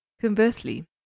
Conversely